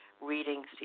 readings